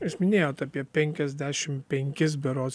jūs minėjot apie penkiasdešim penkis berods